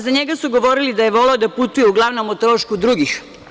Za njega su govorili da je voleo da putuje uglavnom o trošku drugih.